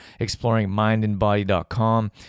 exploringmindandbody.com